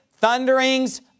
thunderings